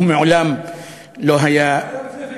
הוא מעולם לא היה, הוא היה לפני פייגלין.